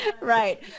right